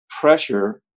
pressure